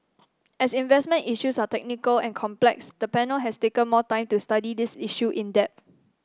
as investment issues are technical and complex the panel has taken more time to study this issue in depth